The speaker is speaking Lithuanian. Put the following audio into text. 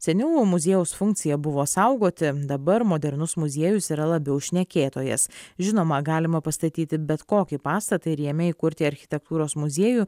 seniau muziejaus funkcija buvo saugoti dabar modernus muziejus yra labiau šnekėtojas žinoma galima pastatyti bet kokį pastatą ir jame įkurti architektūros muziejų